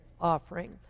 offering